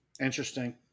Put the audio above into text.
Interesting